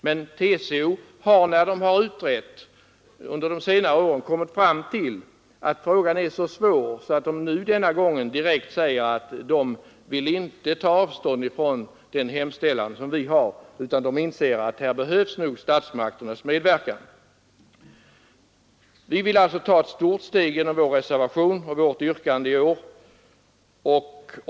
Men TCO har vid sin utredning under senare år kommit fram till att frågan är så svår att man inte vill ta avstånd från vår hemställan; man inser att statsmakternas medverkan behövs. Vi vill alltså ta ett stort steg genom vår reservation och vårt yrkande i år.